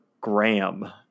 gram